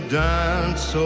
dance